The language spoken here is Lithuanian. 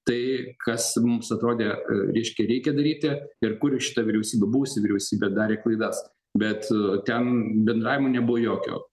tai kas mums atrodė reiškia reikia daryti ir kur šita vyriausybė buvusi vyriausybė darė klaidas bet ten bendravimo nebuvo jokio